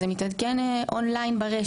זה מתעדכן און ליין ברשת.